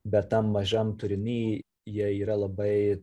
bet tam mažam turiny jie yra labai